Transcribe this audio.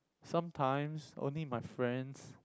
sometimes only my friends